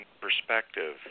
perspective